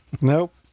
Nope